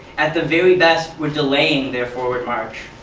at the very best, we are delaying their forward march.